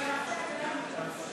אדוני היושב-ראש.